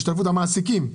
השתתפות המעסיקים,